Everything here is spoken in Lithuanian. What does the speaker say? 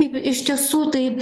taip iš tiesų taip